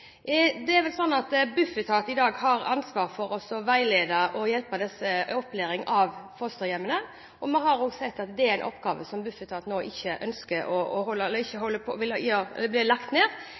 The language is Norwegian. Det er vel sånn at Bufetat i dag har ansvar for å veilede og hjelpe dem som har opplæring av fosterhjemmene, og vi har sett at det er en oppgave som Bufetat nå ikke ønsker, og som blir lagt ned.